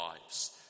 lives